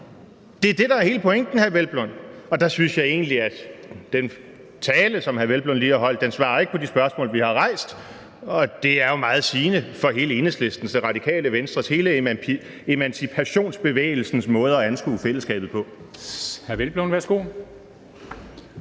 Det er det, der er hele pointen, hr. Hvelplund. Og der synes jeg egentlig, at den tale, som hr. Hvelplund lige har holdt, ikke svarer på de spørgsmål, vi har rejst, og det er jo meget sigende for hele Enhedslistens, Det Radikale Venstres, hele emancipationsbevægelsens måde at anskue fællesskabet på.